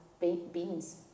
beans